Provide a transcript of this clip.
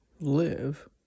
live